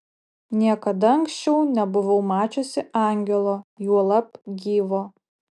niekada anksčiau nebuvau mačiusi angelo juolab gyvo